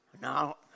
no